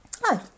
Hi